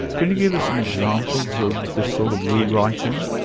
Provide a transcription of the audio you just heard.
can you give us some examples of this sort of re-writing?